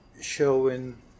showing